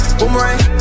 boomerang